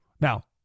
Now